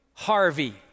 Harvey